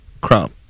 crop